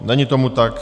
Není tomu tak.